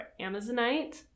Amazonite